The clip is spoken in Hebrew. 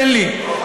תן לי לומר.